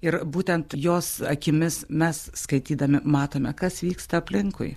ir būtent jos akimis mes skaitydami matome kas vyksta aplinkui